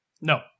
No